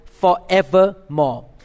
forevermore